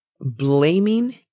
Blaming